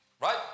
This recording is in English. Right